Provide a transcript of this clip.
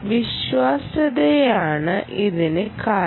വിശ്വാസ്യതയാണ് ഇതിന് കാരണം